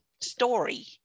story